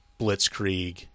Blitzkrieg